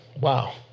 Wow